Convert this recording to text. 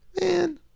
man